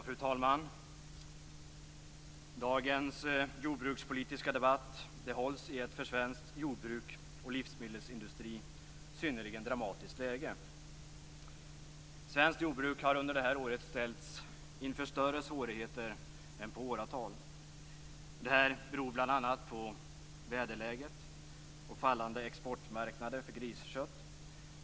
Fru talman! Dagens jordbrukspolitiska debatt hålls i ett för svenskt jordbruk och svensk livsmedelsindustri synnerligen dramatiskt läge. Svenskt jordbruk har under det här året ställts inför större svårigheter än på åratal. Det beror bl.a. på väderläget och på minskande exportmarknader för griskött.